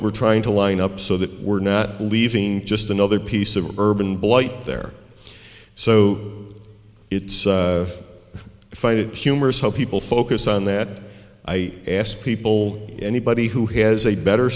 we're trying to line up so that we're not leaving just another piece of urban blight there so it's find it humorous how people focus on that i ask people anybody who has a better